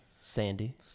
Sandy